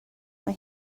mae